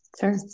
Sure